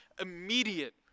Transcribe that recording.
immediate